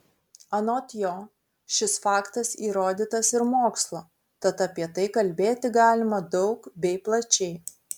anot jo šis faktas įrodytas ir mokslo tad apie tai kalbėti galima daug bei plačiai